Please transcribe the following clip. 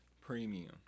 premium